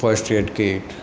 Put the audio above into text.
first aid kit